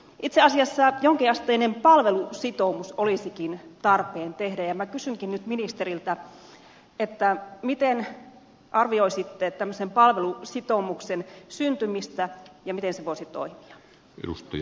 itse asiassa jonkin asteinen palvelusitoumus olisikin tarpeen tehdä ja minä kysynkin nyt ministeriltä miten arvioisitte tämmöisen palvelusitoumuksen syntymistä ja miten se voisi toimia